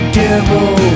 devil